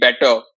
better